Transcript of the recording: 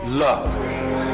love